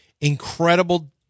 incredible